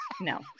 No